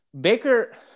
Baker